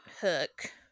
hook